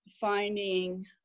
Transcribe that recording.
finding